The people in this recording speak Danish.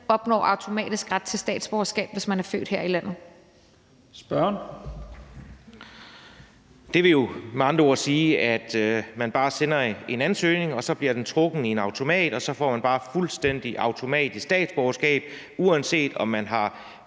(Leif Lahn Jensen): Spørgeren. Kl. 13:16 Anders Kronborg (S): Det vil jo med andre ord sige, at man bare sender en ansøgning, og så bliver den trukket i en automat, og så får man bare fuldstændig automatisk statsborgerskab, uanset om man har